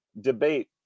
debate